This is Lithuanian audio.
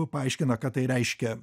paaiškina ką tai reiškia